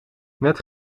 met